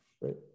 right